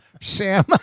Sam